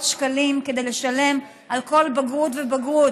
שקלים כדי לשלם על כל בגרות ובגרות,